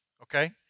okay